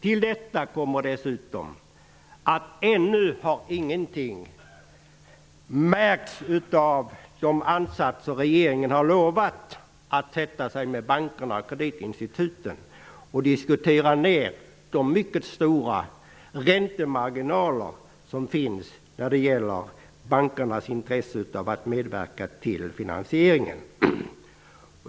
Till detta kommer dessutom att ännu ingenting har märkts av den ansats som regeringen har lovat, att sätta sig ned med företrädare för bankerna och kreditinstituten för att diskutera en sänkning av de mycket stora räntemarginalerna och bankernas möjligheter att medverka till finansieringen.